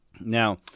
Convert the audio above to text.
Now